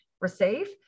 receive